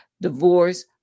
Divorce